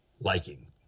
liking